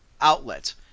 outlet